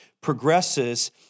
progresses